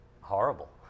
horrible